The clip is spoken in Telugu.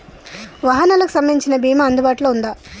వాహనాలకు సంబంధించిన బీమా అందుబాటులో ఉందా?